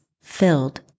filled